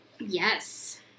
Yes